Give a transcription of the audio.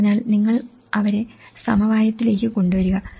അതിനാൽ നിങ്ങൾ അവരെ സമവായത്തിലേക്ക് കൊണ്ടുവരിക